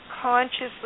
consciously